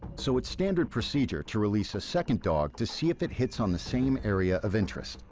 so it's standard procedure to release a second dog to see if it hits on the same area of interest.